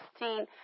16